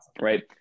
right